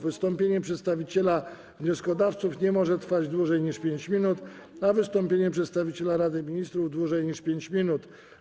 Wystąpienie przedstawiciela wnioskodawców nie może trwać dłużej niż 5 minut, a wystąpienie przedstawiciela Rady Ministrów - dłużej niż 5 minut.